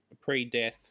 pre-death